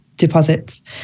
deposits